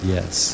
Yes